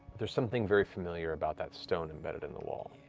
there's something very familiar about that stone embedded in the wall.